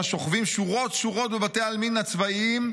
השוכבים שורות-שורות בבתי העלמין הצבאיים,